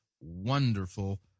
wonderful